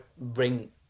bring